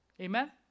Amen